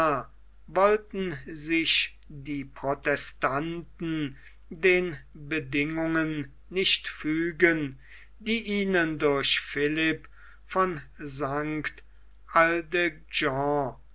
wollten sich die protestanten den bedingungen nicht fügen die ihnen durch philipp v st